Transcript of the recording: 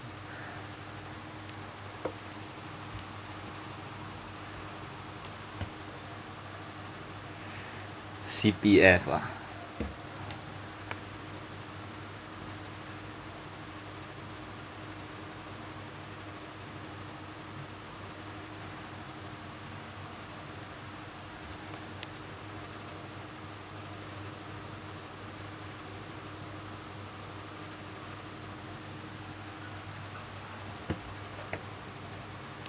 C_P_F ah